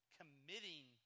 committing